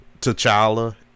T'Challa